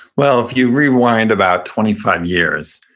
well, if you rewind about twenty five years,